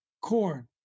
corn